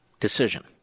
Decision